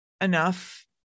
enough